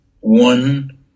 one